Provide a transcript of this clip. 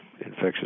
infectious